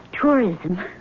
Tourism